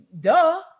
Duh